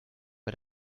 bei